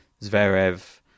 Zverev